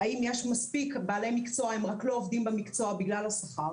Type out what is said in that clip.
האם יש מספיק בעלי מקצוע אבל הם רק לא עובדים במקצוע בגלל השכר?